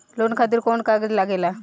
Loan खातिर कौन कागज लागेला?